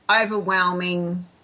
overwhelming